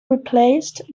replaced